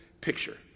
picture